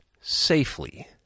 safely